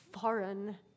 foreign